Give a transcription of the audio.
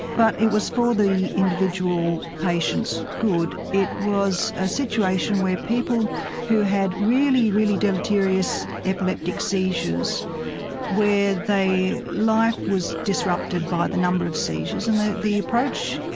but it was for the individual patient's good. it was a situation where people who had really, really deleterious epileptic seizures where their life was disrupted by the number of seizures. and the the approach,